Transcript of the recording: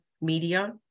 media